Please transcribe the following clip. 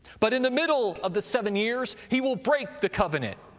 but in the middle of the seven years he will break the covenant,